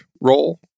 role